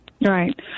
Right